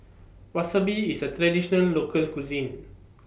Wasabi IS A Traditional Local Cuisine